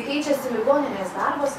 keičiasi ligoninės darbas